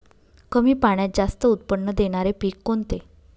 कमी पाण्यात जास्त उत्त्पन्न देणारे पीक कोणते?